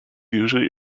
usually